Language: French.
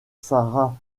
sarah